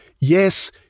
yes